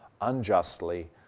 unjustly